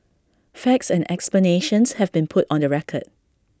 facts and explanations have been put on the record